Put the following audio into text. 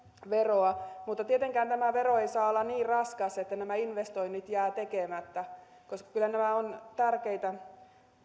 veroa mutta tietenkään tämä vero ei saa olla niin raskas että nämä investoinnit jäävät tekemättä koska kyllä nämä ovat tärkeitä